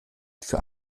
für